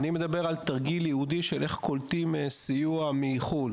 אני מדבר על תרגיל ייעודי איך קולטים סיוע מחוץ-לארץ.